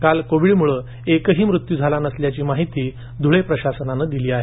काल कोविडमुळे एकही मृत्यू झाला नसल्याची माहिती प्रशासनानं दिली आहे